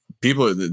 people